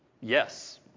Yes